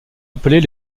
appelés